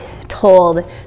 told